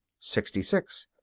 sixty six.